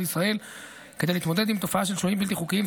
לישראל כדי להתמודד עם התופעה של שוהים בלתי חוקיים.